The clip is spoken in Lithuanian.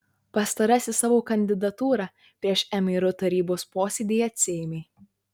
pastarasis savo kandidatūrą prieš mru tarybos posėdį atsiėmė